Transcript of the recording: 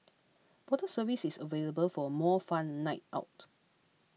bottle service is available for a more fun night out